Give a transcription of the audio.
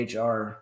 HR